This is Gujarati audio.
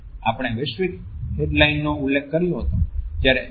આપણે વૈશ્વિક હેડલાઇનનો ઉલ્લેખ કર્યો હતો જ્યારે યુ